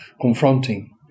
confronting